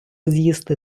з’їсти